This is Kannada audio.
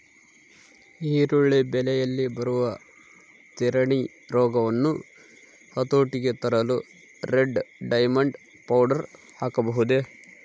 ಈರುಳ್ಳಿ ಬೆಳೆಯಲ್ಲಿ ಬರುವ ತಿರಣಿ ರೋಗವನ್ನು ಹತೋಟಿಗೆ ತರಲು ರೆಡ್ ಡೈಮಂಡ್ ಪೌಡರ್ ಹಾಕಬಹುದೇ?